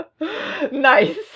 nice